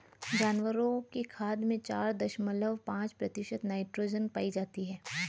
जानवरों की खाद में चार दशमलव पांच प्रतिशत नाइट्रोजन पाई जाती है